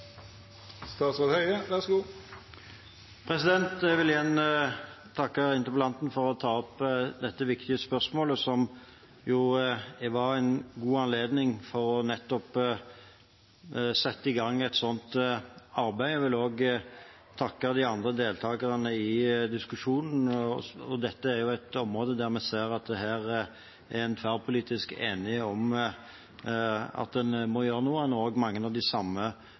Jeg vil igjen takke interpellanten for at hun tar opp dette viktige spørsmålet, som jo var en god anledning til nettopp å sette i gang et sånt arbeid. Jeg vil også takke de andre deltakerne i diskusjonen. Dette er et område der en ser at det er tverrpolitisk enighet om at en må gjøre noe, og en har også mange av de samme